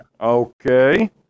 Okay